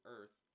Earth